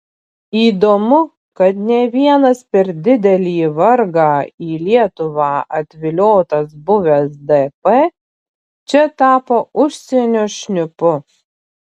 įdomu kad ne vienas per didelį vargą į lietuvą atviliotas buvęs dp čia tapo užsienio šnipu